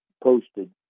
posted